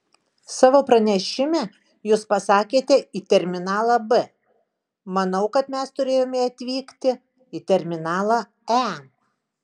savo pranešime jūs pasakėte į terminalą b manau kad mes turėjome atvykti į terminalą e